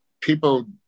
people